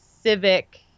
civic